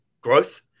growth